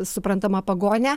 suprantama pagone